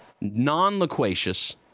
non-loquacious